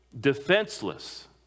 Defenseless